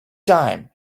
time